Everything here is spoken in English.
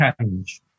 change